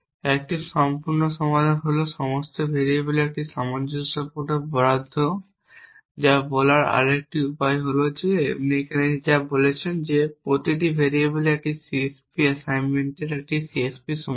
একটি সম্পূর্ণ সমাধান হল সমস্ত ভেরিয়েবলের একটি সামঞ্জস্যপূর্ণ বরাদ্দ যা বলার আরেকটি উপায় যে আপনি এখানে যা বলেছেন যে প্রতিটি ভেরিয়েবলের একটি CSP অ্যাসাইনমেন্টের একটি CSP সমাধান